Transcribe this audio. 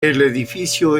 edificio